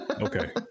Okay